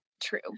true